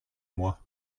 moi